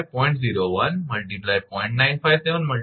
તેથી 𝑉0 3×106√2 × 0